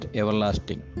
everlasting